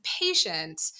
patient